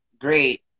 Great